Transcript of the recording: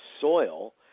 soil